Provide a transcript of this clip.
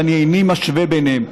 ואני איני משווה ביניהם,